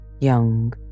Young